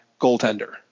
goaltender